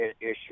issue